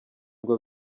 ngo